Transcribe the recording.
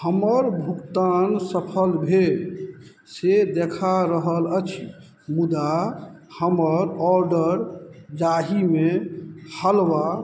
हमर भुगतान सफल भेल से देखा रहल अछि मुदा हमर आर्डर जाहिमे हलवा